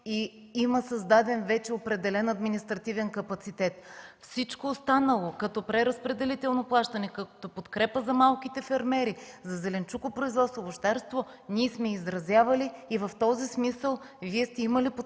има създаден вече определен административен капацитет. Всичко останало, като преразпределително плащане, като подкрепа за малките фермери, за зеленчукопроизводство, за овощарство, ние сме изразявали, и в този смисъл Вие сте имали подкрепата